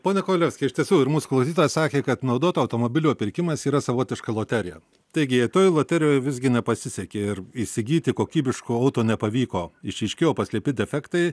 pone kovalevski iš tiesų ir mūsų klausytojas sakė kad naudoto automobilio pirkimas yra savotiška loterija taigi toj loterijoj visgi nepasisekė ir įsigyti kokybiško auto nepavyko išryškėjo paslėpti defektai